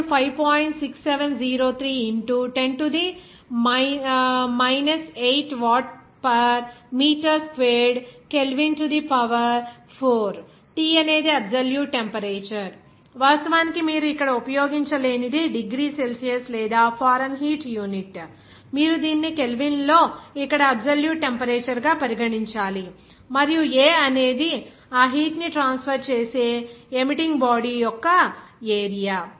6703 into 10 to the minus 8 watt per metre squared kelvin to the power 4 T అనేది absolute temperature వాస్తవానికి మీరు ఇక్కడ ఉపయోగించలేనిది డిగ్రీ సెల్సియస్ లేదా ఫారెన్హీట్ యూనిట్ మీరు దీనిని కెల్విన్లో ఇక్కడ అబ్సొల్యూట్ టెంపరేచర్ గా పరిగణించాలి మరియు A అనేది ఆ హీట్ ని ట్రాన్స్ఫర్ చేసే ఏమిటింగ్ బాడీ యొక్క ఏరియా